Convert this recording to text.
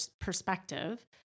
perspective